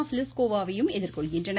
்பிலிஸ்கோவாவையும் எதிர்கொள்கின்றனர்